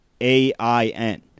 A-I-N